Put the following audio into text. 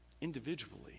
individually